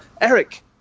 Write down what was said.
Eric